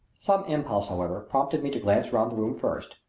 some impulse, however, prompted me to glance round the room first.